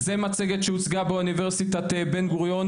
זה מצגת שהוצגה באוניברסיטת בן גוריון,